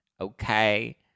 Okay